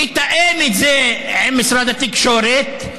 לתאם את זה עם משרד התקשורת,